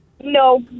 no